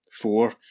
four